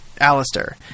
Alistair